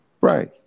Right